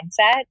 mindset